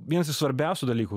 vienas iš svarbiausių dalykų